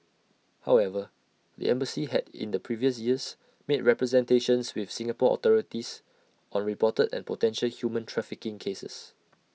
however the embassy had in the previous years made representations with Singapore authorities on reported and potential human trafficking cases